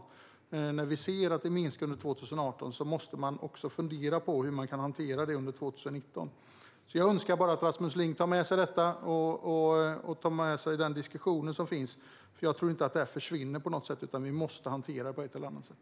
När vi ser att det minskar under 2018 måste man fundera på hur man kan hantera det under 2019. Jag önskar alltså bara att Rasmus Ling tar med sig detta och tar med sig den diskussion som finns. Jag tror nämligen inte att det här försvinner, utan vi måste hantera det på ett eller annat sätt.